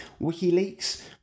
WikiLeaks